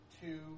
two